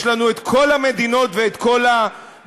יש לנו את כל המדינות ואת כל המודלים.